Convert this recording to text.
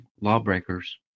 lawbreakers